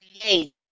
create